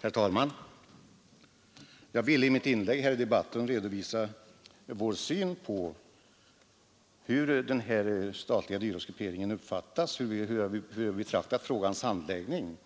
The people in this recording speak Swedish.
Herr talman! Jag ville i mitt förra inlägg i denna debatt redovisa vår syn på hur den statliga dyrortsgrupperingen uppfattas och hur vi betraktar frågans handläggning.